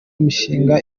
mishinga